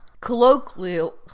Colloquial